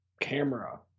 camera